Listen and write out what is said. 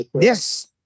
Yes